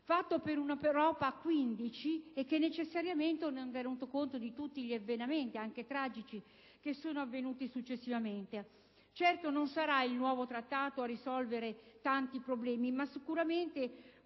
fatto per un'Europa a 15 e che necessariamente non teneva conto di tutti gli avvenimenti, anche tragici, accaduti successivamente. Certo, non sarà il nuovo trattato a risolvere i tanti problemi. Ma sicuramente